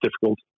difficult